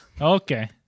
Okay